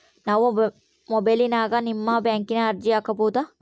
ನಾವು ಮೊಬೈಲಿನ್ಯಾಗ ನಿಮ್ಮ ಬ್ಯಾಂಕಿನ ಅರ್ಜಿ ಹಾಕೊಬಹುದಾ?